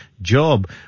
job